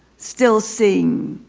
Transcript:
still sing